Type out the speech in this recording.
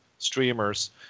streamers